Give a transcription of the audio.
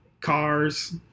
Cars